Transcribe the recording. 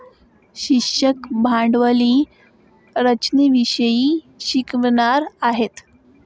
शिक्षक भांडवली रचनेविषयी शिकवणार आहेत